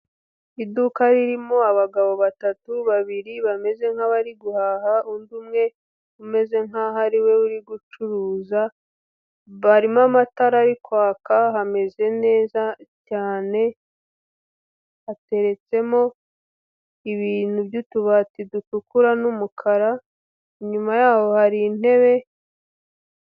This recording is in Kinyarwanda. Iduka ririmo abagabo batatu, babiri bameze nk'abari guhaha, undi umwe umeze nk'aho ari we uri gucuruza, barimo amatara ari kwaka, hameze neza cyane, hateretsemo ibintu by'utubati dutukura n'umukara, inyuma yaho hari intebe.